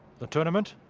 the tournament.